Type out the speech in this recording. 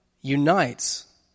unites